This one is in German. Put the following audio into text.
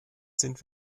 sind